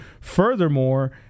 furthermore